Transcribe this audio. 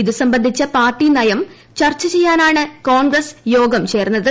ഇതുസംബന്ധിച്ച പാർട്ടി നയം ചർച്ച ചെയ്യാനാണ്കോൺഗ്രസ്യോഗംചേർന്നത്